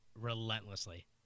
relentlessly